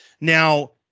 Now